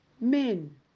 Men